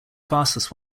fastest